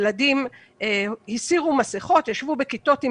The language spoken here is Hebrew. ילדים הסירו מסכות וישבו בכיתות עם